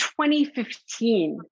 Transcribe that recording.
2015